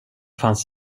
fanns